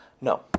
no